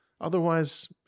otherwise